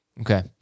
Okay